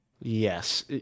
Yes